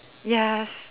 yes